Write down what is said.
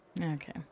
Okay